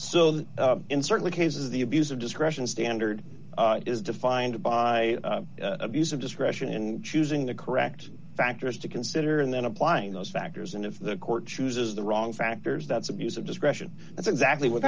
that in certain cases the abuse of discretion standard is defined by abuse of discretion in choosing the correct factors to consider and then applying those factors and if the court chooses the wrong factors that's abuse of discretion that's exactly what